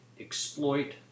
exploit